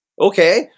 Okay